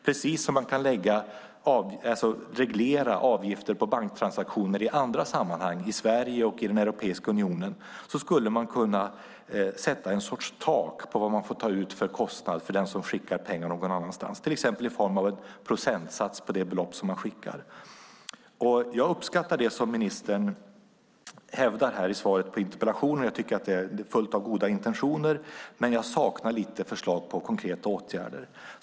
Precis som man kan reglera avgifter på banktransaktioner i andra sammanhang i Sverige och i den europeiska unionen skulle man kunna sätta en sorts tak på den kostnad man får ta ut av den som skickar pengar något annanstans. Det kan till exempel vara i form av en procentsats på det belopp som skickas. Jag uppskattar det som ministern hävdar i svaret på interpellationen. Jag tycker att det är fullt av goda intentioner, men jag saknar lite grann förslag på konkreta åtgärder.